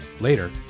Later